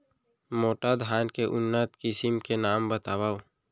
मोटा धान के उन्नत किसिम के नाम बतावव?